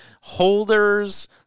holders